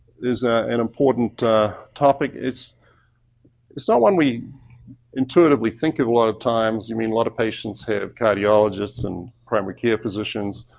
is an important topic. it's it's not one we intuitively think of a lot of times. a i mean lot of patients have cardiologists and primary care physicians,